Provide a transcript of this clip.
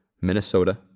Minnesota